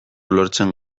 lortzen